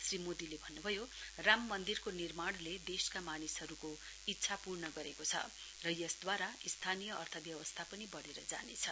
श्री मोदीले भन्नभयो राममन्दिरको निर्माणले देशका मानिसहरूको इच्छा पूर्ण गरेको छ र यसद्वारा स्थानीय अर्थव्यवस्था पनि बढेर जानेछ